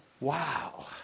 Wow